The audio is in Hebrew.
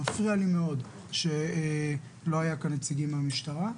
מפריע לי מאוד שלא היו כאן נציגים מהמשטרה.